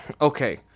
Okay